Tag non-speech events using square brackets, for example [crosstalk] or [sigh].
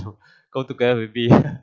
to go together with me [laughs]